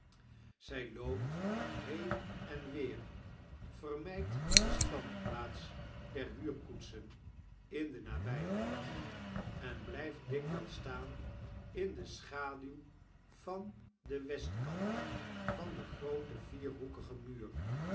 zij loopt been en weer vermydt de standplaats der huurkoetsen in denabyheidenblyft dikwyls staan in de schaduw van den westkant van den grooten vierhoekigen muur